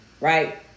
Right